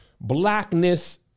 Blackness